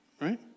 Right